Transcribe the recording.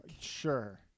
sure